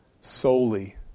solely